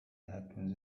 happens